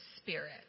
spirit